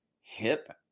hip